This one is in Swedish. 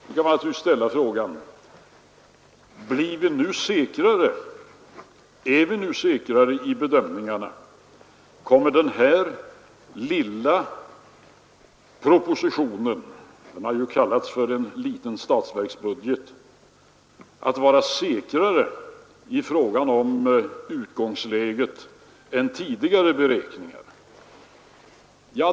Man kan naturligtvis ställa frågan: Är vi nu säkrare i bedömningarna? Är den lilla propositionen — den har ju kallats för en liten statsverksproposition — säkrare när det gäller utgångsläget än tidigare beräkningar?